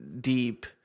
deep